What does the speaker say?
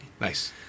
Nice